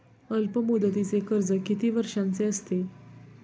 अल्पमुदतीचे कर्ज किती वर्षांचे असते?